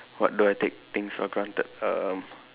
what do I take things for granted um